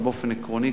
אבל באופן עקרוני,